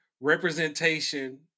representation